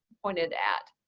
pointed at.